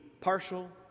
partial